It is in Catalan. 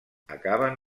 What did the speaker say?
acaben